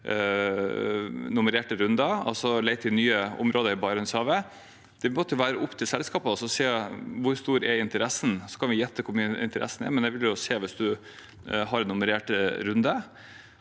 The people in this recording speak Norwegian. nummererte runder, altså lete i nye områder i Barentshavet. Det må jo være opp til selskapene hvor stor interessen er. Vi kan gjette hvor stor interessen er, men det vil man se hvis man har nummererte runder.